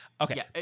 Okay